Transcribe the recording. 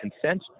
consent